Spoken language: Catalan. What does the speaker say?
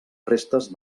restes